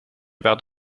werd